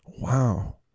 Wow